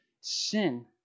sin